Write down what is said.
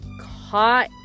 caught